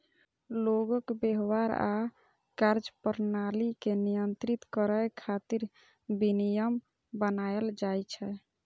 लोगक व्यवहार आ कार्यप्रणाली कें नियंत्रित करै खातिर विनियम बनाएल जाइ छै